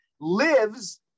lives